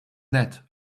net